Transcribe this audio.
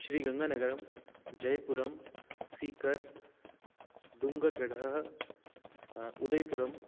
श्रीगङ्गानगरम् जयपुरम् सीकर् डुङ्गर्गढः उदयपुरम्